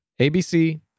ABC